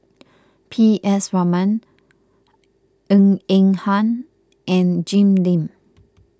P S Raman Ng Eng Hen and Jim Lim